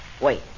Wait